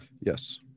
Yes